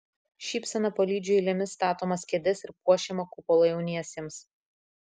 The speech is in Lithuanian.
šypsena palydžiu eilėmis statomas kėdes ir puošiamą kupolą jauniesiems